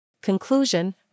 Conclusion